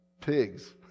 pigs